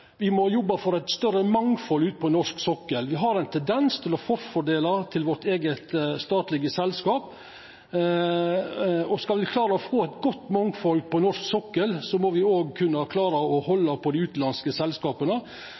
norsk sokkel. Me har ein tendens til å forfordela vårt eige statlege selskap. Skal me klara å få eit godt mangfald på norsk sokkel, må me òg kunna klara å halda på dei utanlandske selskapa.